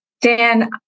Dan